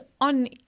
on